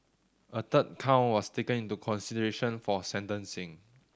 a third count was taken into consideration for sentencing